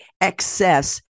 excess